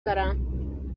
دارم